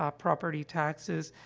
um property taxes,